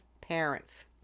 parents